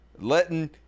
letting